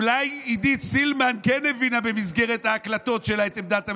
אולי עידית סילמן כן הבינה במסגרת ההקלטות שלה את עמדת הממשלה,